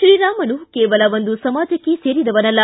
ತ್ರೀರಾಮನು ಕೇವಲ ಒಂದು ಸಮಾಜಕ್ಕೆ ಸೇರಿದವನಲ್ಲ